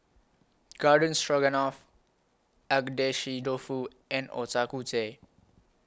Garden Stroganoff Agedashi Dofu and Ochazuke